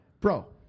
Bro